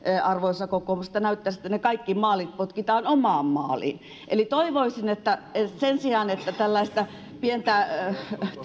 arvoisa kokoomus että näyttäisi että kaikki maalit potkitaan omaan maaliin toivoisin sen sijaan että tällaista pientä